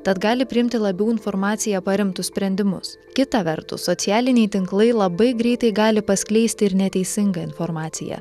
tad gali priimti labiau informacija paremtus sprendimus kita vertus socialiniai tinklai labai greitai gali paskleisti ir neteisingą informaciją